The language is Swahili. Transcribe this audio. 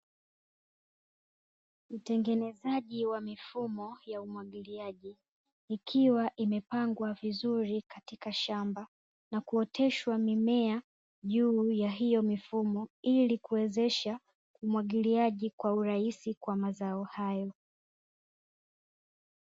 Utengenezaji wa mifumo ya umwagiliaji, ikiwa imepangwa vizuri katika shamba na kuoteshwa mimea juu ya hiyo mifumo ili kuwezesha umwagiliaji kwa urahisi kwa mazao hayo.